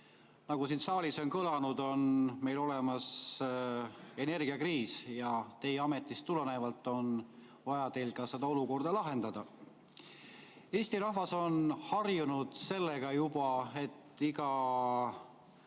Nagu siin saalis on kõlanud, on meil olemas energiakriis, ja teil on ametist tulenevalt vaja seda olukorda lahendada. Eesti rahvas on juba harjunud sellega, et igal